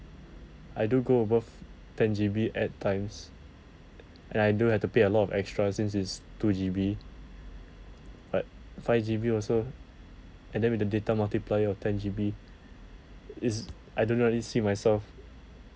I do go above ten G_B at times and I do have to pay a lot of extra since it's two G_B but five G_B also and then with the data multiplier of ten G_B it's I do not really see myself